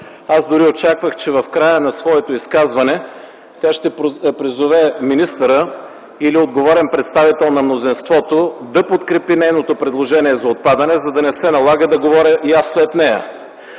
Аз дори очаквах, че в края на своето изказване тя ще призове министъра или отговорен представител на мнозинството да подкрепи нейното предложение за отпадане, за да не се налага да говоря и аз след нея.